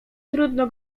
trudno